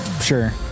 Sure